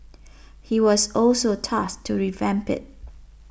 he was also tasked to revamp it